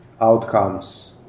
outcomes